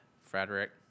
frederick